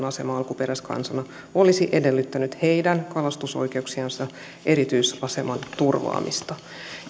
asema alkuperäiskansana olisi edellyttänyt heidän kalastusoikeuksiensa erityisaseman turvaamista